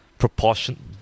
proportion